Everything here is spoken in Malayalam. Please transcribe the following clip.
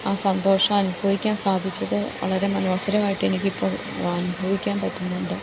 ആ സന്തോഷം അനുഭവിക്കാൻ സാധിച്ചത് വളരെ മനോഹരമായിട്ട് എനിക്കിപ്പോൾ അനുഭവിക്കാൻ പറ്റുന്നുണ്ട്